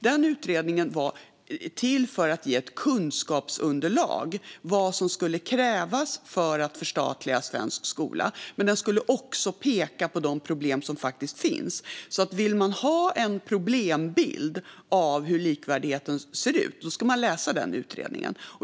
Den utredningen var till för att ge ett kunskapsunderlag, det vill säga vad som skulle krävas för att förstatliga svensk skola, men den skulle också peka på de problem som finns. Vill man ha en problembild av hur likvärdigheten ser ut ska man läsa utredningen.